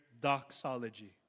doxology